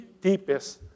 deepest